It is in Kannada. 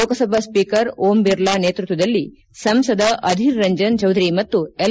ಲೋಕಸಭಾ ಸ್ವೀಕರ್ ಓಂಬಿರ್ಲಾ ನೇತೃತ್ವದಲ್ಲಿ ಸಂಸದ ಅಧಿರ್ ರಂಜನ್ ಚೌಧರಿ ಮತ್ತು ಎಲ್